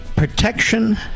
protection